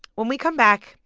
when we come back,